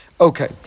Okay